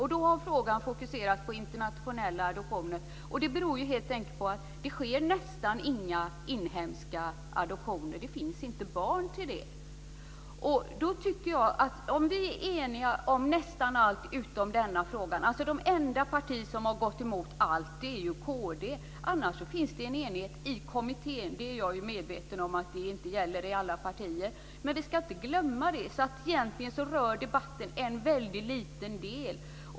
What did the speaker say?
Frågan har fokuserats på internationella adoptioner. Det beror helt enkelt på att det nästan inte sker några inhemska adoptioner. Det finns inte barn till det. Vi är eniga om nästan allt utom denna fråga. Det enda parti som har gått emot allt är kd. Annars finns det en enighet i kommittén. Jag är medveten om att det inte gäller i alla partier. Men vi ska inte glömma det. Egentligen rör debatten en väldigt liten del.